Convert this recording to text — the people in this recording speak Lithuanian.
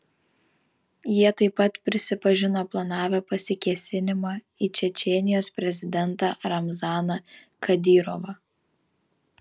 jie taip pat prisipažino planavę pasikėsinimą į čečėnijos prezidentą ramzaną kadyrovą